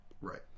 right